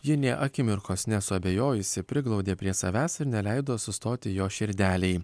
ji nė akimirkos nesuabejojusi priglaudė prie savęs ir neleido sustoti jo širdelei